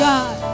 God